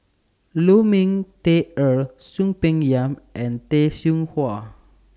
Lu Ming Teh Earl Soon Peng Yam and Tay Seow Huah